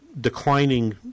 declining